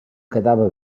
quedava